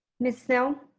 miss snell.